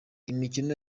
imikino